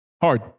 Hard